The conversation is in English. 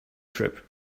trip